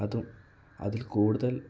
അതും അതിൽ കൂടുതൽ